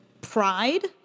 pride